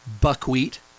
buckwheat